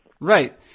Right